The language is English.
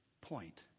point